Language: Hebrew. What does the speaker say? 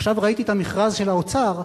עכשיו ראיתי את המכרז של האוצר.